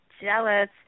jealous